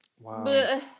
Wow